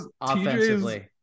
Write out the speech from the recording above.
offensively